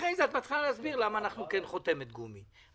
אחרי זה את מתחילה להסביר למה אנחנו כן חותמת גומי.